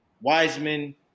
Wiseman